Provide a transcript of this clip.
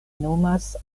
nomas